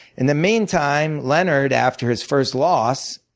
in the meantime leonard, after his first loss,